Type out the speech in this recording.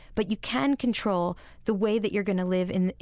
but you can control the way that you're going to live and,